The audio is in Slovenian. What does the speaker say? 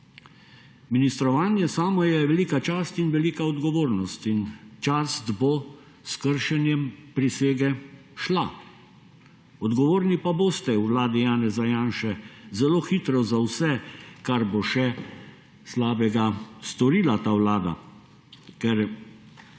Ministrovanje samo je velika čast in velika odgovornost in čast bo s kršenjem prisege šla, odgovorni pa boste, v vladi Janeza Janše, zelo hitro za vse, kar bo še slabega storila ta Vlada, ker,